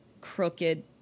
crooked